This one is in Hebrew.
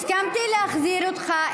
הסכמתי להחזיר אותך,